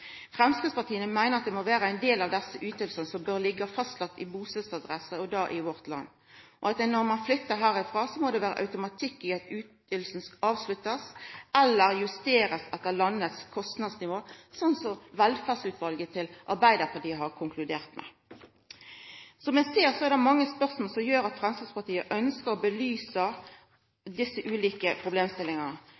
Framstegspartiet meiner at det må vere ein del av desse ytingane som bør liggja fast til bustadsadressa – og då i vårt land. Når ein flyttar herifrå, må det vera automatikk i at ytinga blir avslutta eller justert etter landets kostnadsnivå, sånn som Velferdsutvalet til Arbeidarpartiet har konkludert med. Som eg seier: Det er mange spørsmål som gjer at Framstegspartiet ønskjer å